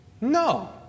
No